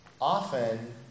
often